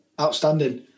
outstanding